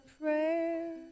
prayer